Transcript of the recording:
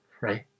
right